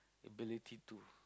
ability to